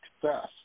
success